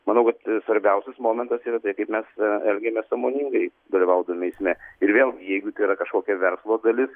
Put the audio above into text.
manau kad svarbiausias momentas yra tai kaip mes elgiamės sąmoningai dalyvaudami eisme ir vėl gi jeigu tai yra kažkokio verslo dalis